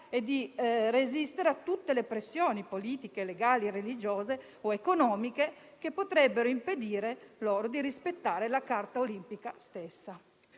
e di resistere a tutte le pressioni politiche, legali, religiose o economiche che potrebbero impedire loro di rispettare la Carta olimpica stessa.